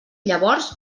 llavors